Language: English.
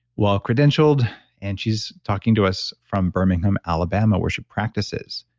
well-credentialed and she's talking to us from birmingham, alabama where she practices.